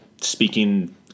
speaking